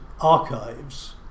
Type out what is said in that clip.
archives